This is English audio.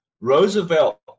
roosevelt